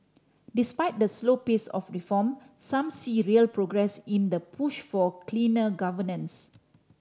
despite the slow pace of reform some see real progress in the push for cleaner governance